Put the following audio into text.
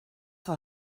war